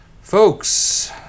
Folks